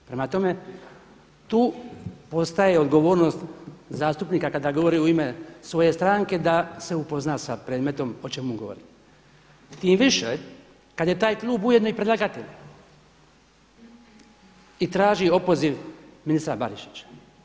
Prema tome, tu postaje odgovornost zastupnika kada govori u ime svoje stranke da se upozna s predmetom o čemu govori tim više kada je taj Klub ujedno i predlagatelj i traži opoziv ministra Barišića.